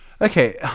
Okay